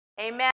Amen